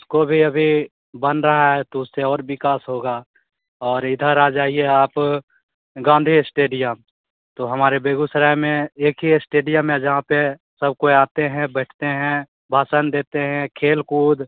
उसको भी अभी बन रहा है तो उससे और विकास होगा और इधर आ जाइए आप गाँधी इस्टेडियम तो हमारे बेगूसराय में एक ही इस्टेडियम है जहाँ पर सब कोई आते हैं बैठते हैं भाषण देते हैं खेल कूद